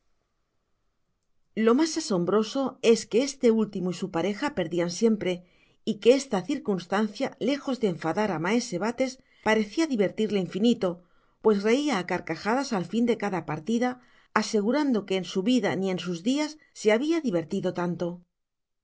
lo mas asombroso es que este último y su pareja perdian siempre y que esta circunstancia lejos de enfadar á maese bates parecia divertirle infinito pues que reia á carcajadas al fin de cada partida asegurando que en su vida ni en sus áí'ar se habia divertido tanto